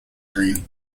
screen